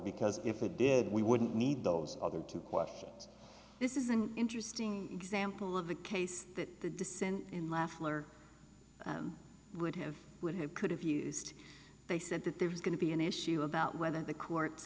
because if it did we wouldn't need those other two questions this is an interesting example of the case that the dissent in lashmar would have would have could have used they said that there's going to be an issue about whether the court